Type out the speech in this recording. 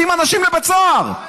על זה מכניסים אנשים לבית סוהר.